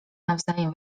nawzajem